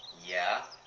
yeah.